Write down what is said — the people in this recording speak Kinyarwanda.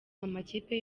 amakipe